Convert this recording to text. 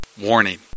Warning